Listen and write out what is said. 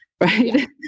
right